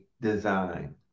design